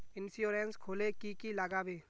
Insurance खोले की की लगाबे?